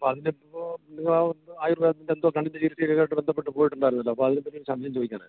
അപ്പം അതിനിപ്പോൾ നിങ്ങളുടെ അവിടെ എന്തോ ആയുർവേദത്തിൻ്റെ എന്തോ കണ്ണിൻ്റെ ചികിത്സക്ക് ആയിട്ട് ബന്ധപ്പെട്ട് പോയിട്ടുണ്ടായിരുന്നല്ലോ അപ്പം അതിനെ പറ്റി ഒരു സംശയം ചോദിക്കാനാ